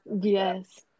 Yes